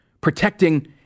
protecting